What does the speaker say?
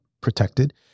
protected